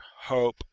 hope